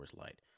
Light